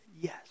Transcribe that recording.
yes